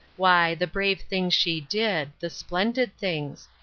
why, the brave things she did, the splendid things!